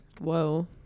Whoa